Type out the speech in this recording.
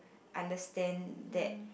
understand that